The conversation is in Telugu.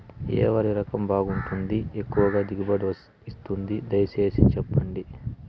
ఏ వరి రకం బాగుంటుంది, ఎక్కువగా దిగుబడి ఇస్తుంది దయసేసి చెప్పండి?